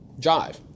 jive